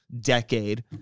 decade